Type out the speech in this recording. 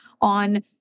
on